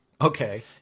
Okay